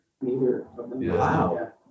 Wow